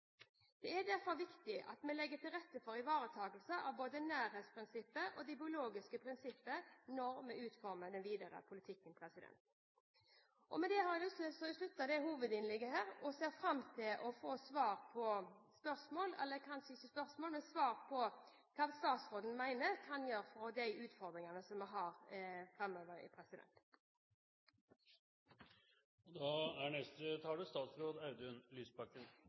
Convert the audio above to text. Det er derfor viktig at vi legger til rette for ivaretakelse av både nærhetsprinsippet og det biologiske prinsipp når vi utformer politikken videre. Med dette avslutter jeg hovedinnlegget og ser fram til å høre hva statsråden mener om de utfordringene vi har framover. Regjeringens fremste mål i oppvekstpolitikken er å sikre alle barn og